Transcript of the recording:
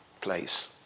place